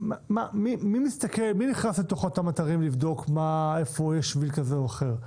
מי נכנס לתוך אותם אתרים לבדוק איפה יש שביל כזה או אחר?